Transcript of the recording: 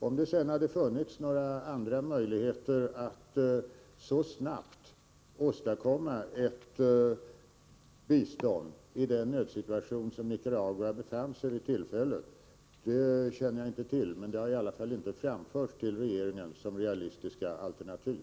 Om det sedan hade funnits andra möjligheter att så snabbt åstadkomma ett bistånd i den nödsituation som Nicaragua befann sig i vid detta tillfälle, känner jag inte till, men det har i alla fall inte framförts till regeringen såsom ett realistiskt alternativ.